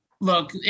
look